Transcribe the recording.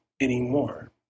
anymore